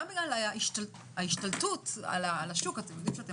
גם בגלל ההשתלטות על השוק אתם יודעים שאתם